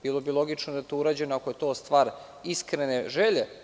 Bilo bi logično da je to urađeno, ako je to stvar iskrene želje.